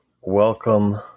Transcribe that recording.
welcome